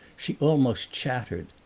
she almost chattered.